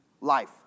life